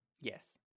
Yes